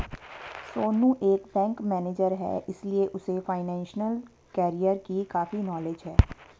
सोनू एक bank manager है इसीलिए उसे फाइनेंशियल कैरियर की काफी नॉलेज है